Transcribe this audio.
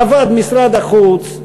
עבד משרד החוץ,